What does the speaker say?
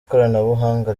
koranabuhanga